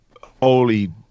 holy